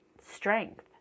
strength